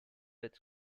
with